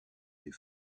des